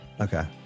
Okay